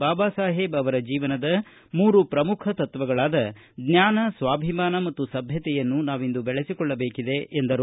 ಬಾಬಾಸಾಹೇಬ್ ಅವರ ಜೀವನದ ಮೂರು ಪ್ರಮುಖ ತತ್ವಗಳಾದ ಜ್ವಾನ ಸ್ವಾಭಿಮಾನ ಮತ್ತು ಸಭ್ಯತೆಯನ್ನು ನಾವಿಂದು ಬೆಳೆಸಿಕೊಳ್ಳಬೇಕಿದೆ ಎಂದರು